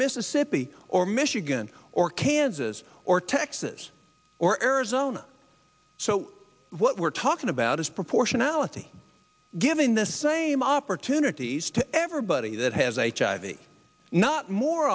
mississippi or michigan or kansas or texas or arizona so what we're talking about is proportionality giving the same opportunities to everybody that has h i b not more